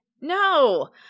No